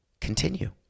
continue